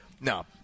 No